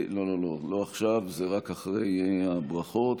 לאחר הברכות